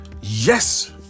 Yes